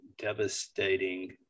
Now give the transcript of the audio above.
devastating